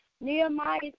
Nehemiah